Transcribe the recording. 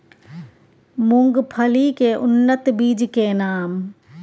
मूंगफली के उन्नत बीज के नाम?